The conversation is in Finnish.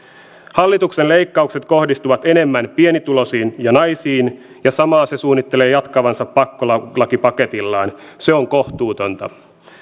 hallituksen leikkaukset kohdistuvat enemmän pienituloisiin ja naisiin ja samaa se suunnittelee jatkavansa pakkolakipaketillaan se on kohtuutonta